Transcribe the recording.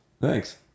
Thanks